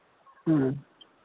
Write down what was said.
ह्म्म